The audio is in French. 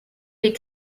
les